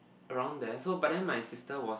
around there so but then my sister was